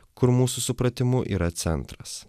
kur mūsų supratimu yra centras